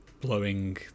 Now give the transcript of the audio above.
blowing